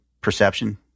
perception